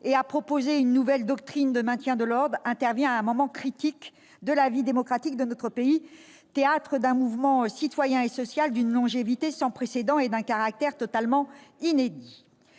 et à proposer une nouvelle doctrine de maintien de l'ordre intervient à un moment critique de la vie démocratique de notre pays, théâtre d'un mouvement citoyen et social d'une longévité sans précédent et d'un caractère totalement inédit.